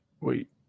Wait